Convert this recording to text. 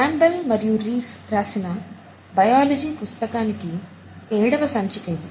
Campbell మరియు Reece రాసిన biology పుస్తకానికి ఏడవ సంచిక ఇది